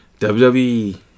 WWE